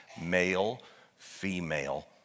male-female